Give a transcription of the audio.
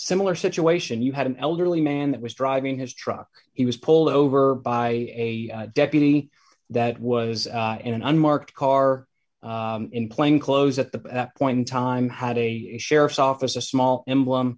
similar situation you had an elderly man that was driving his truck he was pulled over by a deputy that was in an unmarked car in plain clothes at the point in time had a sheriff's office a small emblem